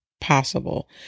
possible